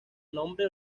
nombre